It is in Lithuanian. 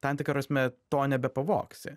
tam tikra prasme to nebepavoksi